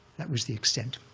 that was the extent.